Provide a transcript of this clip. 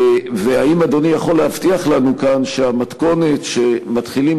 האם אדוני יכול להבטיח לנו כאן שהמתכונת שמתחילים